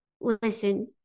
Listen